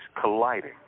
colliding